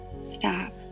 stop